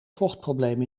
vochtprobleem